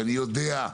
שאני יודע,